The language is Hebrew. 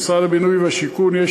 במשרד הבינוי והשיכון,